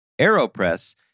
Aeropress